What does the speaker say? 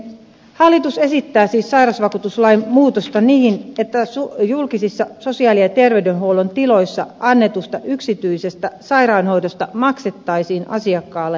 hallitus esittää siis sairausvakuutuslain muutosta niin että julkisissa sosiaali ja terveydenhuollon tiloissa annetusta yksityisestä sairaanhoidosta maksettaisiin asiakkaalle sairausvakuutuskorvaus